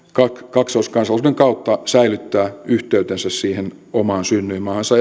kaksoiskansalaisuuden kautta säilyttää yhteytensä siihen omaan synnyinmaahansa